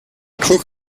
crook